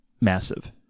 massive